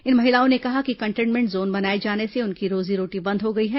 इन महिलाओं ने कहा कि कंटेनमेंट जोन बनाए जाने से उनकी रोजी रोटी बंद हो गई है